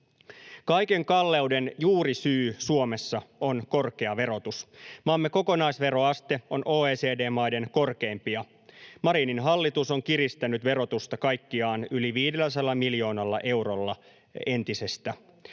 Kaiken kalleuden juurisyy Suomessa on korkea verotus. Maamme kokonaisveroaste on OECD-maiden korkeimpia. Marinin hallitus on kiristänyt verotusta kaikkiaan yli 500 miljoonalla eurolla entisestä.